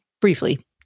Briefly